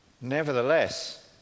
Nevertheless